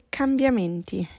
cambiamenti